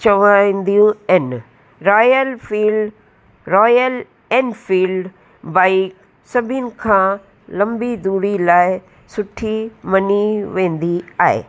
चवा ईंदियूं एन Royal Field Royal Enfield bike सभिनि खां लंबी दूरी लाइ सुठी मञी वेंदी आहे